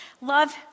love